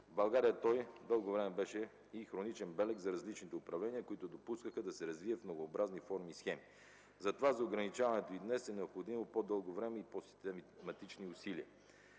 България той дълго време беше и хроничен белег за различните управления, които допускаха да се развие в многообразни форми и схеми. Затова за ограничаването й днес е необходимо по-дълго време и по-систематични усилия.